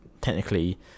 technically